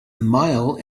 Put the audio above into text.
mile